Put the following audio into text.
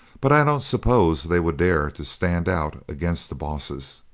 but i don't suppose they would dare to stand out against the bosses.